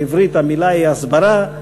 בעברית המילה היא הסברה,